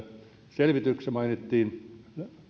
selvityksessä mainittiin